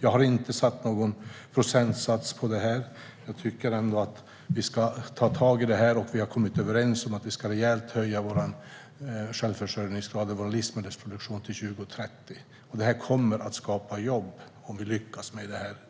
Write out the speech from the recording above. Jag har inte angett någon procentsats för detta. Jag tycker ändå att vi ska ta tag i detta, och vi har kommit överens om att vi rejält ska öka vår självförsörjningsgrad och vår livsmedelsproduktion till 2030. Om vi lyckas med detta kommer det att skapa jobb.